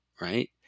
right